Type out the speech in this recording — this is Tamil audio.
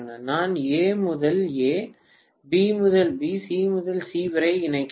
நான் A முதல் A B முதல் B C முதல் C வரை இணைக்க வேண்டும்